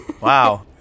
Wow